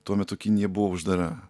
tuo metu kinija buvo uždara